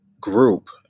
group